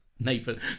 Nathan